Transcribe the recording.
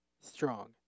strong